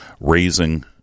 raising